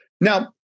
Now